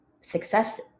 success